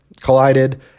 Collided